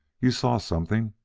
you saw something?